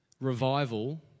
Revival